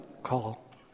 call